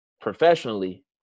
professionally